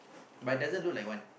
but it doesn't look like one